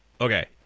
Okay